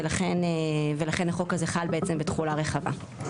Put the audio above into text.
ולכן החוק הזה חל בעצם, בתכולה רחבה.